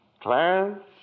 Clarence